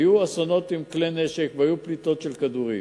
היו אסונות עם כלי נשק והיו פליטות של כדורים.